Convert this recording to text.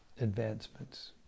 advancements